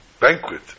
banquet